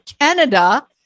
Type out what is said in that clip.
Canada